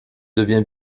devient